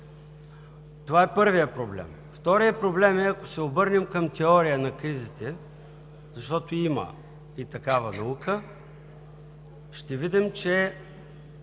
Това е първият проблем. Вторият проблем е, ако се обърнем към теория на кризите, защото има и такава наука, ще видим, че